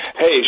Hey